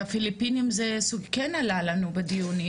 בפיליפינים זה כן עלה לנו בדיונים,